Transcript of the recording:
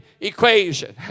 equation